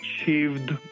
achieved